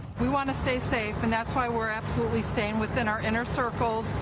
we want to stay safe and that's why we're absolutely staying within our inner circles.